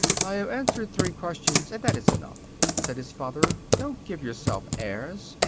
i have answered three questions, and that is enough, said his father, don't give yourself airs!